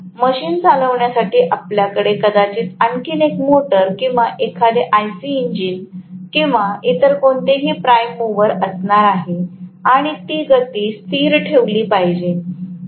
मुळात मशीन चालविण्यासाठी आपल्याकडे कदाचित आणखी एक मोटर किंवा एखादे IC इंजिन किंवा इतर कोणतेही प्राइम मूवर असणार आहेत आणि ती गती स्थिर ठेवली पाहिजे